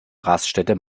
raststätte